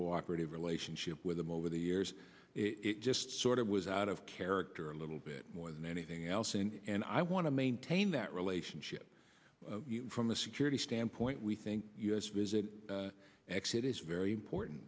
cooperative relationship with them over the years it just sort of was out of character a little bit more than anything else and i want to maintain that relationship from a security standpoint we think u s visit exit is very important